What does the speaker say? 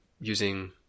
using